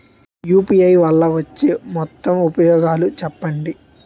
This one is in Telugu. యు.పి.ఐ వల్ల వచ్చే మొత్తం ఉపయోగాలు చెప్పండి?